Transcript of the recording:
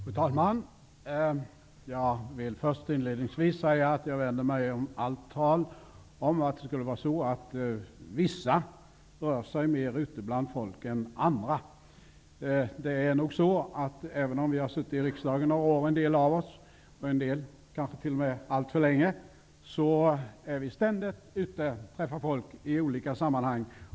Fru talman! Jag vill inledningsvis säga att jag vänder mig mot allt tal om att vissa rör sig mer ute bland folk än andra. Även om vi har suttit i riksdagen några år -- en del av oss kanske t.o.m. alltför länge -- är vi ständigt ute och träffar folk i olika sammanhang.